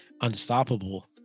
unstoppable